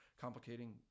complicating